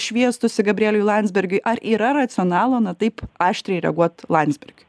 šviestųsi gabrieliui landsbergiui ar yra racionalo na taip aštriai reaguoti landsbergiui